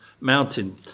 mountain